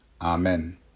Amen